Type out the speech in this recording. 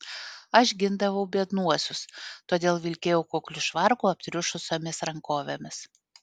aš gindavau biednuosius todėl vilkėjau kukliu švarku aptriušusiomis rankovėmis